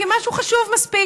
כמשהו חשוב מספיק.